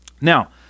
Now